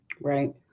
Right